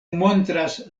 montras